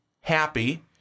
happy